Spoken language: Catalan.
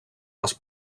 les